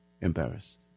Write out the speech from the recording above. embarrassed